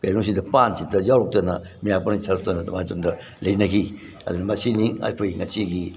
ꯀꯩꯅꯣꯁꯤꯗ ꯄꯥꯟꯁꯤꯗ ꯌꯥꯎꯔꯛꯇꯅ ꯃꯌꯥꯝ ꯄꯨꯝꯅꯃꯛ ꯑꯗꯨꯃꯥꯏꯅ ꯇꯧꯗꯅ ꯂꯩꯅꯒꯤ ꯑꯗꯨꯅ ꯃꯁꯤꯅꯤ ꯑꯩꯈꯣꯏ ꯉꯁꯤꯒꯤ